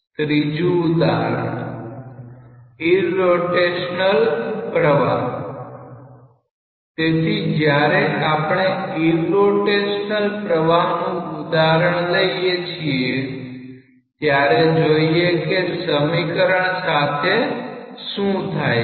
ત્રીજું ઉદાહરણ ઈરરોટેશનલ પ્રવાહ તેથી જ્યારે આપણે ઈરરોટેશનલ પ્રવાહનું ઉદાહરણ લઈએ છીએ ત્યારે જોઈએ કે સમીકરણ સાથે શુ થાય છે